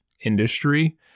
industry